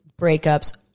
breakups